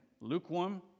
lukewarm